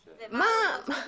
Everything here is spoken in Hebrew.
שבוע?